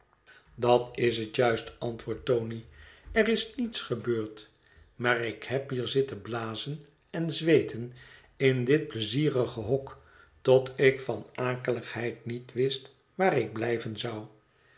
dat is het juist antwoordt tony er is niets gebeurd maar ik heb hier zitten blazen en zweeten in dit pleizierige hok tot ik van akeligheid niet wist waar ik blijven zou